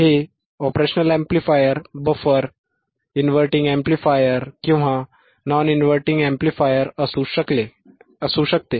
हे Op Amp buffer inverting amplifier किंवा ते नॉन इनव्हर्टिंग अॅम्प्लिफायर असू शकते